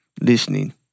listening